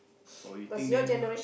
or you think then